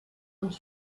und